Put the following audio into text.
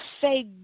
say